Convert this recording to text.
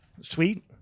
sweet